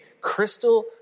crystal